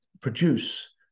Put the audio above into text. produce